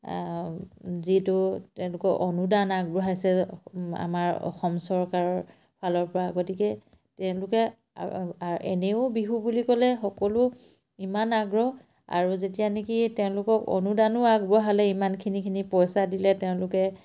যিটো তেওঁলোকৰ অনুদান আগবঢ়াইছে আমাৰ অসম চৰকাৰৰ ফালৰ পৰা গতিকে তেওঁলোকে এনেও বিহু বুলি ক'লে সকলো ইমান আগ্ৰহ আৰু যেতিয়া নেকি তেওঁলোকক অনুদানো আগবঢ়ালে ইমানখিনিখিনি পইচা দিলে তেওঁলোকে